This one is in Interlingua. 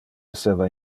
esseva